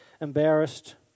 embarrassed